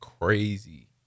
crazy